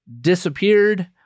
disappeared